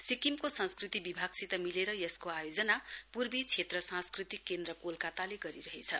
सिक्किमको संस्कृति विभागसित मिलेर यसको आयोजना पूर्वी क्षेत्र सांस्कृतिक केन्द्र कोलकत्ताले गरिरहेछ